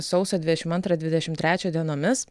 sausio dvidešimt antrą dvidešimt trečią dienomis